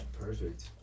Perfect